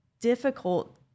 difficult